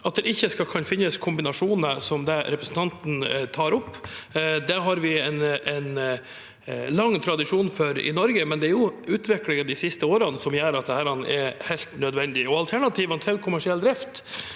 at det ikke skal kunne finnes kombinasjoner som det representanten tar opp, det har vi en lang tradisjon for i Norge, men det er utviklingen de siste årene som gjør at dette er helt nødvendig. Alternativene til kommersiell drift